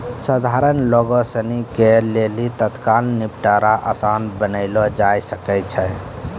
सधारण लोगो सिनी के लेली तत्काल निपटारा असान बनैलो जाय सकै छै